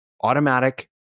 automatic